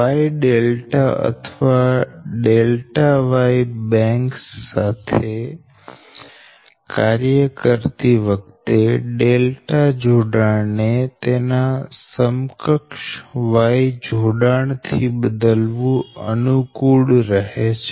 Y અથવા Y banks સાથે કાર્ય કરતી વખતે જોડાણ ને તેના સમકક્ષ Y જોડાણ થી બદલવું અનુકૂળ રહે છે